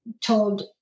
told